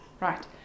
right